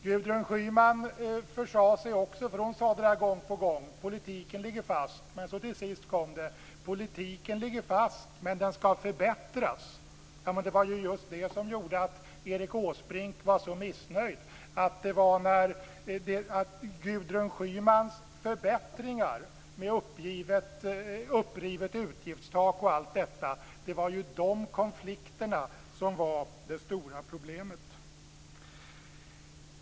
Gudrun Schyman försade sig också. Hon sade detta gång på gång - politiken ligger fast - men till sist kom det: Politiken ligger fast, men den skall förbättras. Det var ju just det som gjorde att Erik Åsbrink var så missnöjd. Konflikterna med Gudrun Schymans förbättringar med upprivet utgiftstak och allt detta var ju det stora problemet.